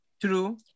true